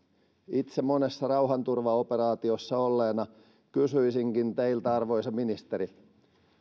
itse monessa rauhanturvaoperaatiossa olleena kysyisinkin teiltä arvoisa ministeri